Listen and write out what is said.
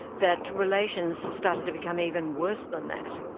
that relations started to become even worse than that.